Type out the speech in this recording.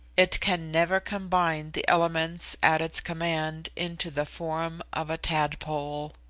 it can never combine the elements at its command into the form of a tadpole.